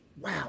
Wow